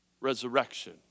resurrection